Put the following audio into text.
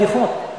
בדיחות,